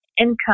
income